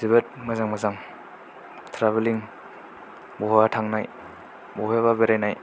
जोबोर मोजां मोजां ट्रेभेलिं बहाबा थांनाय बबेहायबा बेरायनाय